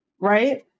right